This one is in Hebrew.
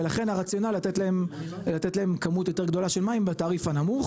ולכן הרציונל הוא לתת להם כמות יותר גדולה של מים בתעריף הנמוך,